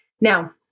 Now